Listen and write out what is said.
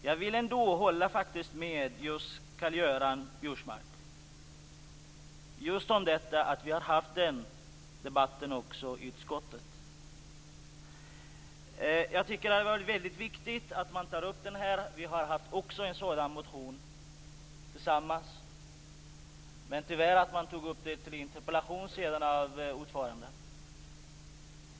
Jag vill hålla med Karl-Göran Biörsmark om att vi har haft den debatten i utskottet också. Jag tycker att det är mycket viktigt att man tar upp detta. Vi har också en motion om detta. Det togs upp i en interpellation av ordföranden.